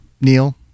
Neil